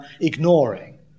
ignoring